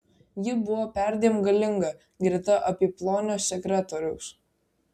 ji buvo perdėm galinga greta apyplonio sekretoriaus